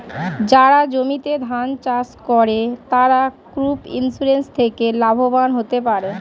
যারা জমিতে ধান চাষ করে তারা ক্রপ ইন্সুরেন্স থেকে লাভবান হতে পারে